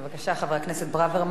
בבקשה, חבר הכנסת ברוורמן,